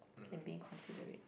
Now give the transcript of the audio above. and being considerate